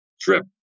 trip